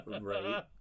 Right